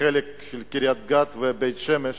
חלק של קריית-גת, לבית-שמש,